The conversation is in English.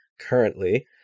currently